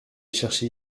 chercher